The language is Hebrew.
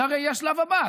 זה הרי יהיה השלב הבא.